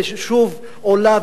ושוב עולה,